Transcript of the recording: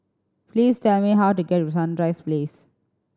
please tell me how to get to Sunrise Place